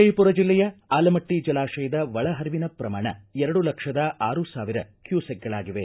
ವಿಜಯಪುರ ಜಿಲ್ಲೆಯ ಆಲಮಟ್ಟ ಜಲಾಶಯದ ಒಳ ಪರಿವಿನ ಪ್ರಮಾಣ ಎರಡು ಲಕ್ಷದ ಆರು ಸಾವಿರ ಕ್ಯೂಸೆಕ್ಗಳಾಗಿದೆ